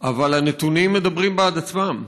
אבל הנתונים מדברים בעד עצמם.